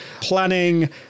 planning